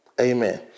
Amen